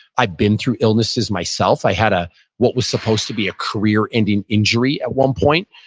i've been through illnesses myself. i had ah what was supposed to be a career-ending injury at one point.